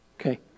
Okay